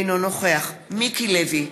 אינו נוכח מיקי לוי,